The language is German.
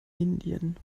indien